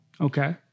Okay